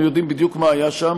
אנחנו יודעים בדיוק מה היה שם